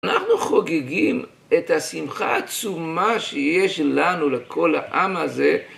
אנחנו חוגגים את השמחה העצומה שיש לנו לכל העם הזה.